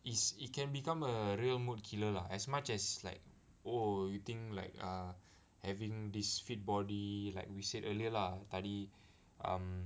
is it can become a real mood killer lah as much as like oh you think like err having this fit body like we said earlier lah tadi um